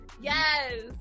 Yes